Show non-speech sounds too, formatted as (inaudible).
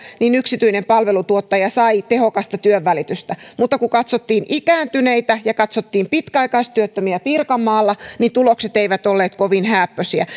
yksityinen palvelutuottaja sai aikaan tehokasta työnvälitystä mutta kun katsottiin ikääntyneitä ja katsottiin pitkäaikaistyöttömiä pirkanmaalla niin tulokset eivät olleet kovin hääppöisiä (unintelligible)